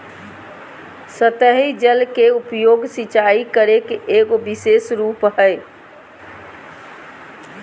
सतही जल के उपयोग, सिंचाई करे के एगो विशेष रूप हइ